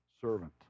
servant